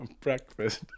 breakfast